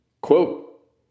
quote